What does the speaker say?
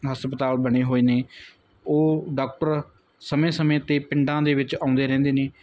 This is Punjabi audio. ਹਸਪਤਾਲ ਬਣੇ ਹੋਏ ਨੇ ਉਹ ਡਾਕਟਰ ਸਮੇਂ ਸਮੇਂ 'ਤੇ ਪਿੰਡਾਂ ਦੇ ਵਿੱਚ ਆਉਂਦੇ ਰਹਿੰਦੇ ਨੇ